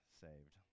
saved